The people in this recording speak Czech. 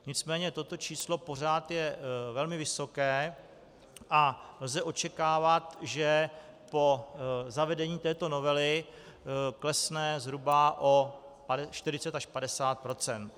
Nicméně toto číslo je pořád velmi vysoké a lze očekávat, že po zavedení této novely klesne zhruba o 40 až 50 %.